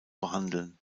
behandeln